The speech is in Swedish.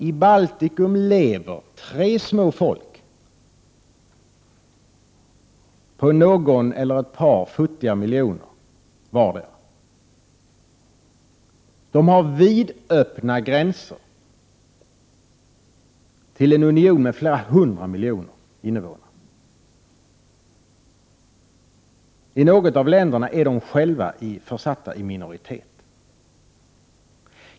: I Baltikum lever tre små folk med någon eller några futtiga miljoner invånare vardera. De har vidöppna gränser till en union med flera hundra miljoner invånare. I något av länderna är balterna själva försatta i minoritet.